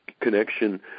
connection